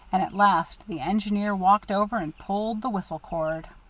and at last the engineer walked over and pulled the whistle cord.